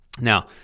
Now